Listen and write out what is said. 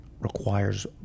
requires